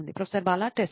professor Bala test